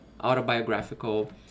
autobiographical